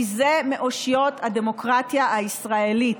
כי זה מאושיות הדמוקרטיה הישראלית,